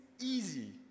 easy